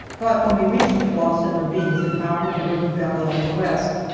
but when we reached the bluffs and ravines that bounded the river valley on the west,